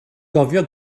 gofio